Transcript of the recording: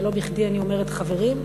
ולא בכדי אני אומרת חברים,